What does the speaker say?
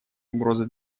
угрозы